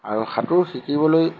আৰু সাঁতোৰ শিকিবলৈ